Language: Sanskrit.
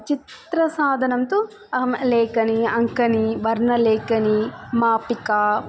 चित्रसाधनं तु अहं लेखनी अङ्कनी वर्णलेखनी मापिका